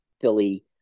Philly